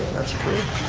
that's approved.